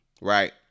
right